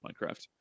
Minecraft